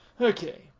Okay